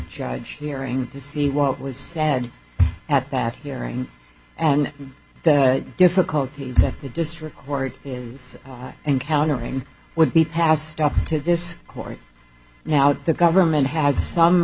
judge hearing to see what was said at that hearing and the difficulty that the district court is encountering would be passed up to this court now that the government has some